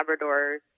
labradors